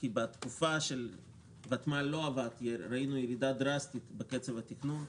כי בתקופה שהוותמ"ל לא עבד ראינו ירידה דרסטית בקצב התכנון,